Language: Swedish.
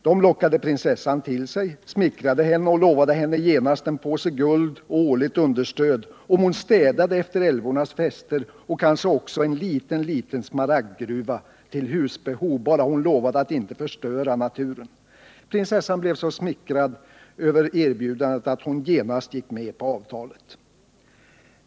De lockade Prinsessan till sig, smickrade henne och lovade henne genast en påse guld och årligt understöd, om hon städade efter älvornas fester och kanske också en liten, liten smaragdgruva till husbehov, bara hon lovade att inte förstöra naturen. Prinsessan blev så smickrad över erbjudandet att hon genast gick med på avtalet.